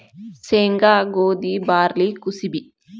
ಸೇಂಗಾ, ಗೋದಿ, ಬಾರ್ಲಿ ಕುಸಿಬಿ